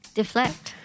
Deflect